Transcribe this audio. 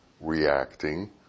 reacting